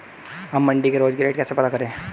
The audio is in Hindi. हम मंडी के रोज के रेट कैसे पता करें?